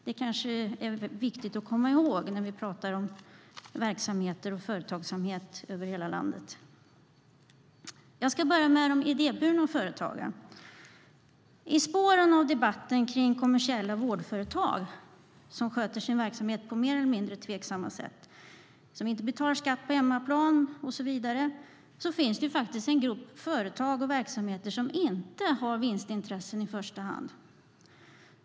Det är kanske viktigt att komma ihåg när vi talar om verksamheter och företagsamhet över hela landet. Jag ska börja med de idéburna företagen. I spåren av debatten kring kommersiella vårdföretag som sköter sin verksamhet på mer eller mindre tveksamma sätt, som inte betalar skatt på hemmaplan och så vidare, finns det faktiskt en grupp företag och verksamheter som inte har vinstintressen i första hand.